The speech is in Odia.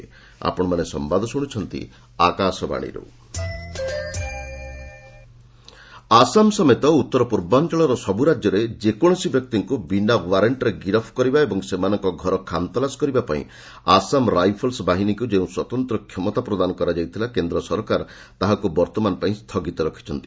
ଏମ୍ଏଚ୍ଏ ଆସାମ ରାଇଫଲ୍ସ୍ ଆସାମ ସମେତ ଉତ୍ତର ପୂର୍ବାଞ୍ଚଳର ସବୁ ରାଜ୍ୟରେ ଯେକୌଣସି ବ୍ୟକ୍ତିଙ୍କୁ ବିନା ଓ୍ୱାରେଣ୍ଟ୍ରେ ଗିରଫ କରିବା ଏବଂ ସେମାନଙ୍କ ଘର ଖାନ୍ତଲାସ କରିବାପାଇଁ ଆସାମ ରାଇଫଲ୍ସ୍ ବାହିନୀକୁ ଯେଉଁ ସ୍ୱତନ୍ତ କ୍ଷମତା ପ୍ରଦାନ କରାଯାଇଥିଲା କେନ୍ଦ୍ର ସରକାର ତାହାକୁ ବର୍ତ୍ତମାନ ପାଇଁ ସ୍ଥଗିତ ରଖିଛନ୍ତି